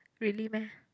really meh